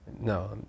No